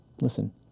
Listen